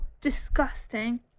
disgusting